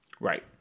Right